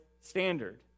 standard